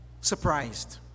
surprised